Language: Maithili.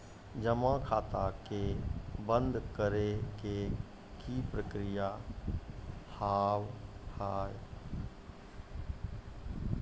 जमा खाता के बंद करे के की प्रक्रिया हाव हाय?